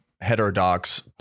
Heterodox